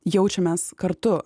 jaučiamės kartu